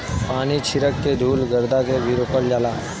पानी छीरक के धुल गरदा के भी रोकल जाला